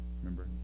Remember